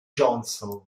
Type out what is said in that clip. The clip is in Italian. johnson